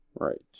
Right